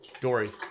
Dory